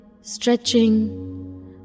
stretching